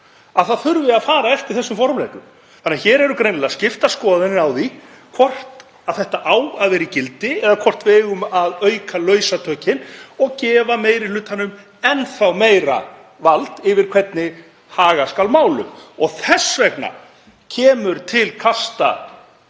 að það þurfi að fara eftir þessum formreglum. Hér eru greinilega skiptar skoðanir á því hvort þetta eigi að vera í gildi eða hvort við eigum að auka lausatökin og gefa meiri hlutanum enn þá meira vald yfir því hvernig haga skuli málum. Þess vegna kemur til kasta